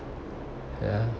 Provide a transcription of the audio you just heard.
ya